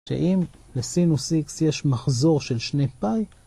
שאם לסינוס x יש מחזור של שני Pi.